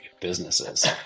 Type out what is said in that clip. businesses